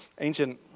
ancient